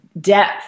depth